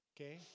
okay